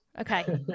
Okay